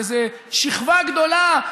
באיזו שכבה גדולה,